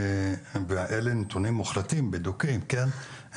ואלה נתונים מוחלטים, בדוקים, כן?